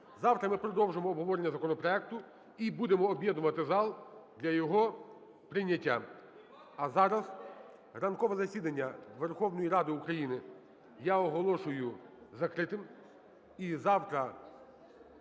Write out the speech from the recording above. Завтра ми продовжимо обговорення законопроекту і будемо об'єднувати зал для його прийняття. А зараз ранкове засідання Верховної Ради України я оголошую закритим. І завтра